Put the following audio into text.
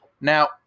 Now